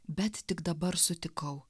bet tik dabar sutikau